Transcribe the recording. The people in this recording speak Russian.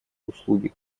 услуги